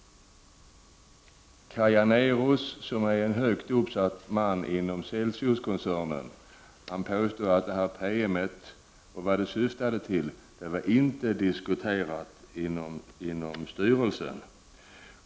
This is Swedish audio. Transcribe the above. Kaj Janérus påstår att denna PM och vad den syftar till inte har diskuterats inom styrelsen.